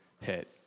hit